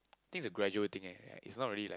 think is a gradual thing eh is not really like